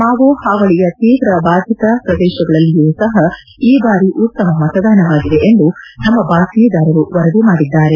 Mao ಹಾವಳಿಯ ತೀವ್ರ ಬಾಧಿತ ಪ್ರದೇಶಗಳಲ್ಲಿಯು ಸಹ ಈ ಬಾರಿ ಉತ್ತಮ ಮತದಾನವಾಗಿದೆ ಎಂದು ನಮ್ಮ ಬಾತ್ನೀದಾರರು ವರದಿ ಮಾಡಿದ್ದಾರೆ